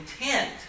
intent